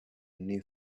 new